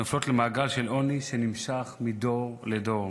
נופלות למעגל של עוני שנמשך מדור לדור